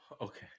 Okay